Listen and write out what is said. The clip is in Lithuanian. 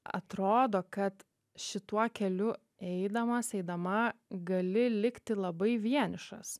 atrodo kad šituo keliu eidamas eidama gali likti labai vienišas